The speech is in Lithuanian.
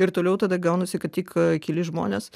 ir toliau tada gaunasi kad tik keli žmonės